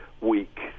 weak